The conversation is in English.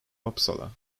uppsala